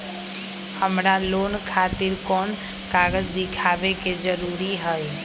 हमरा लोन खतिर कोन कागज दिखावे के जरूरी हई?